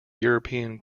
european